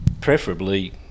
preferably